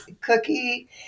Cookie